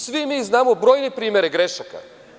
Svi mi znamo brojne primere grešaka.